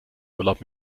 urlaub